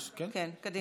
כן, ברשותך,